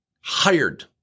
hired